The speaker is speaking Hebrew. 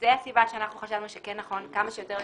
זו הסיבה שבגינה חשבנו שנכון לצמצם כמה שיותר את